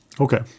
Okay